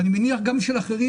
ואני מניח גם של אחרים,